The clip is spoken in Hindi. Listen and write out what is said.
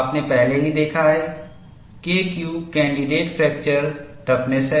आपने पहले ही देखा है KQ कैन्डिडेट फ्रैक्चर टफनेस है